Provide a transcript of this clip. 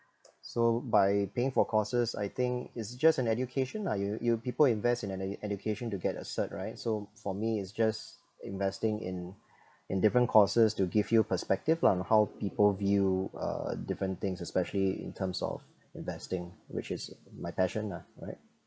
so by paying for courses I think it's just an education lah you you people invest in edu~ education to get a cert right so for me it's just investing in in different courses to give you perspective lah on how people view uh different things especially in terms of investing which is my passion lah right